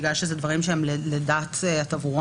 בגלל שאלה דברים שהם על דעת התברואן